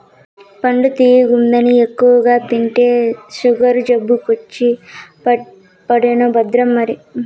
పండు తియ్యగుందని ఎక్కువగా తింటే సుగరు జబ్బొచ్చి పడేను భద్రం మరి